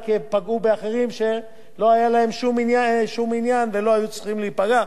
רק פגעו באחרים שלא היה להם שום עניין ולא היו צריכים להיפגע.